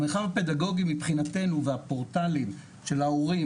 המרחב הפדגוגי מבחינתנו והפורטלים של ההורים,